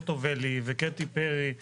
חוטובלי וקטי פרי יש פה טיהור פוליטי.